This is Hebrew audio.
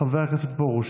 חבר הכנסת פרוש,